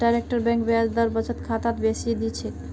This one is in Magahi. डायरेक्ट बैंक ब्याज दर बचत खातात बेसी दी छेक